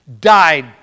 died